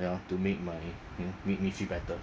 ya to make my you know make me better